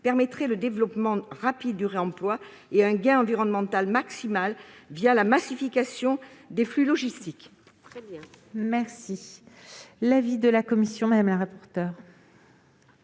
permettrait le développement rapide du réemploi et un gain environnemental maximal la massification des flux logistiques.